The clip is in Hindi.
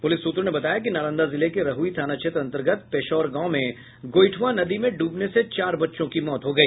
पुलिस सूत्रों ने बताया कि नालंदा जिले के रहुई थाना क्षेत्र अतंर्गत पेशौर गांव में गोइठवा नदी में डूबने से चार बच्चों की मौत हो गई